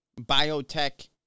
biotech